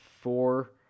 four